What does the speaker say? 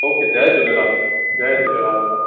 okay जय झूलेलाल जय झूलेलाल दादा